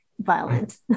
violent